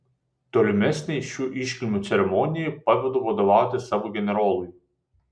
tolimesnei šių iškilmių ceremonijai pavedu vadovauti savo generolui